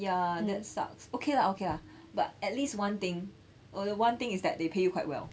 ya that sucks okay lah okay lah at least one thing err the one thing is that they pay you quite well